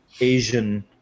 Asian